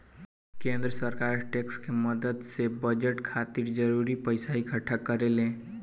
केंद्र सरकार टैक्स के मदद से बजट खातिर जरूरी पइसा इक्कठा करेले